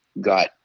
got